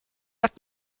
that